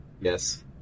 Yes